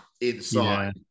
inside